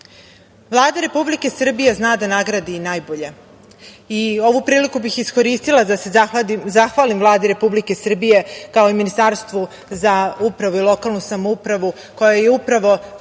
Republike Srbije zna da nagradi i najbolje. Ovu priliku bih iskoristila da se zahvalim Vladi Republike Srbije, kao i Ministarstvo za upravu i lokalnu samoupravu, koja je kao